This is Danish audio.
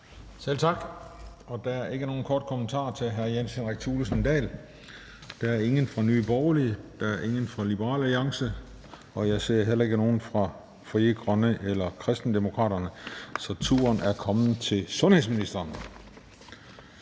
Selv tak. Der er ikke nogen korte bemærkninger til hr. Jens Henrik Thulesen Dahl. Der er ingen fra Nye Borgerlige, der er ingen fra Liberal Alliance, og jeg ser heller ikke nogen ordfører fra Frie Grønne eller Kristendemokraterne. Så turen er kommet til sundhedsministeren,